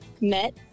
met